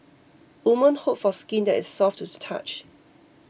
women hope for skin that is soft to the touch